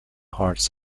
hearts